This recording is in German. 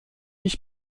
ich